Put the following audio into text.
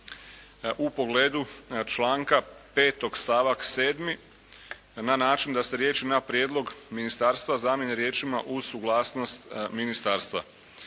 u pogledu članka 5. stavak 7. na način da se riječi: "na prijedlog ministarstva" zamijene riječima: "uz suglasnost ministarstva".